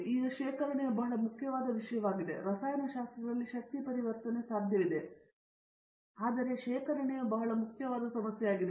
ಈಗ ಶೇಖರಣೆಯು ಬಹಳ ಮುಖ್ಯವಾದ ವಿಷಯವಾಗಿದೆ ರಸಾಯನಶಾಸ್ತ್ರದಲ್ಲಿ ಶಕ್ತಿ ಪರಿವರ್ತನೆ ಸಾಧ್ಯವಿದೆ ಆದರೆ ಶೇಖರಣೆಯು ಬಹಳ ಮುಖ್ಯವಾದ ಸಮಸ್ಯೆಯಾಗಿದೆ